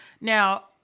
Now